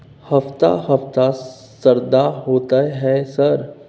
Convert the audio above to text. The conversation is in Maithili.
हफ्ता हफ्ता शरदा होतय है सर?